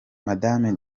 madame